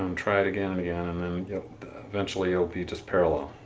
um try it again and again and then and yeah eventually will be just parallel.